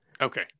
Okay